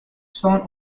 son